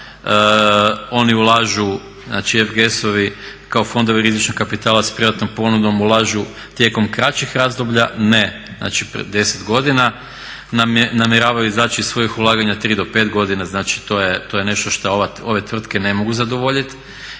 Oni ulažu, znači FGS-ovi kao fondovi rizičnog kapitala sa privatnom ponudom ulažu tijekom kraćih razdoblja, ne, znači 10 godina. Namjeravaju izaći iz svojih ulaganja 3 do 5 godina, znači to je nešto što ove tvrtke ne mogu zadovoljiti